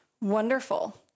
Wonderful